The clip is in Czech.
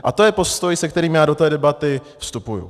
A to je postoj, se kterým já do té debaty vstupuju.